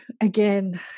again